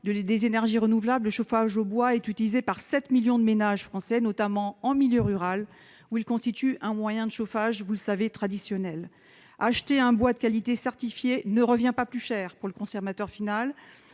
des énergies renouvelables, le chauffage au bois est utilisé par 7 millions de ménages français, notamment en milieu rural où il constitue un moyen de chauffage traditionnel, comme vous le savez. Acheter un bois de qualité certifié ne revient pas plus cher pour le consommateur final.